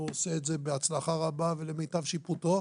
והוא עושה את זה בהצלחה רבה ולמיטב שיפוטו.